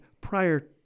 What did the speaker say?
prior